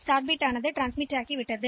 தொடக்க பிட் கடத்தப்பட்டது